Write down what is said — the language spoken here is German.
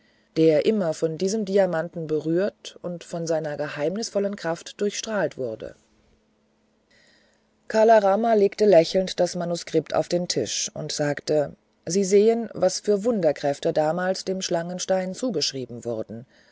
der immer von diesem diamanten berührt und von seiner geheimnisvollen kraft durchstrahlt wurde kala rama legte lächelnd das manuskript auf den tisch und sagte sie sehen was für wunderkräfte damals dem schlangenstein zugeschrieben wurden